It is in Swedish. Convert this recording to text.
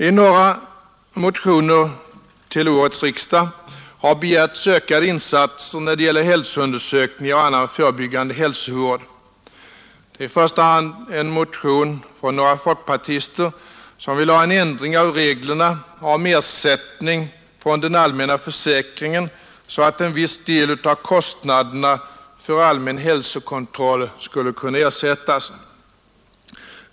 I några motioner till årets riksdag har begärts ökade insatser när det gäller hälsoundersökningar och annan förebyggande hälsovård. Det är i första hand en motion från några folkpartister som vill ha en ändring av reglerna om ersättning från den allmänna försäkringen, så att en viss del av kostnaderna för allmän hälsokontroll skulle kunna ersättas.